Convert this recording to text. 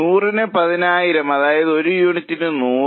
100ന് 10000 അതായത് ഒരു യൂണിറ്റിന് 100